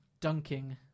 dunking